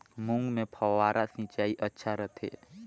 मूंग मे फव्वारा सिंचाई अच्छा रथे?